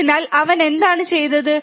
അതിനാൽ അവൻ എന്താണ് ചെയ്തത്